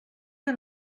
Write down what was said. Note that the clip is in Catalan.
que